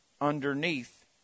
underneath